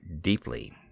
deeply